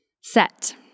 set